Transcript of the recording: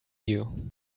you